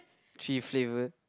three flavour